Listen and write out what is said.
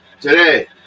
today